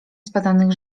zbadanych